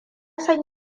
san